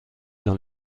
dans